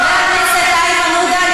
חבר הכנסת איימן עודה,